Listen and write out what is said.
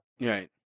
Right